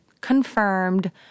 confirmed